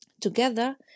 Together